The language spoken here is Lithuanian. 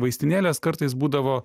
vaistinėlės kartais būdavo